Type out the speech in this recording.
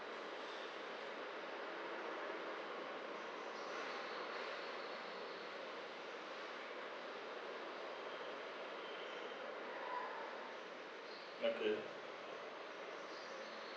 okay